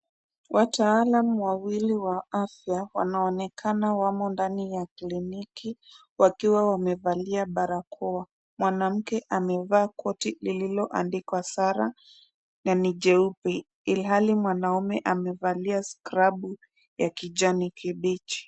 Wataalamu wawili wa afya wanaonekana wamo ndani ya kliniki wakiwa wamevalia barakoa, mwanamke amevaa koti lililoandikwa Sarah na ni jeupe, ilhali mwanamume amevalia scrub ya kijani kibichi.